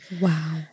Wow